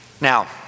Now